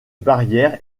barrière